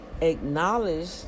acknowledge